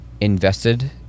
invested